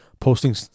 posting